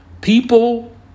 People